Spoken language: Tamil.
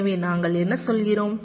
எனவே நாங்கள் என்ன சொல்கிறோம்